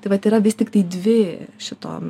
tai vat yra vis tiktai dvi šito